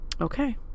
okay